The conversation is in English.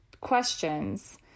questions